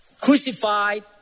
crucified